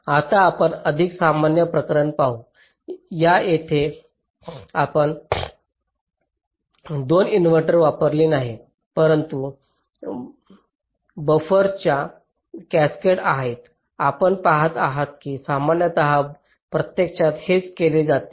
आता आपण अधिक सामान्य प्रकरण पाहू या जेथे आपण 2 इन्व्हर्टर वापरत नाही परंतु बफर्सचा कॅसकेड आहात आपण पाहत आहात की सामान्यत प्रत्यक्षात हेच केले जाते